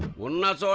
will not so